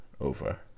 over